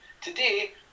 today